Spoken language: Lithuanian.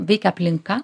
veikia aplinka